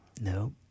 no